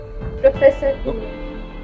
Professor